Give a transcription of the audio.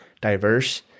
diverse